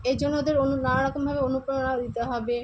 এর জন্য ওদের অনু নানারকমভাবে অনুপ্রেরণা দিতে হবে